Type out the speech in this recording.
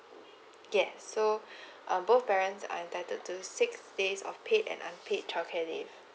yes so um both parents are entitled to six days of paid and unpaid childcare leave